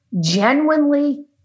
genuinely